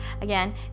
again